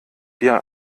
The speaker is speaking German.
dir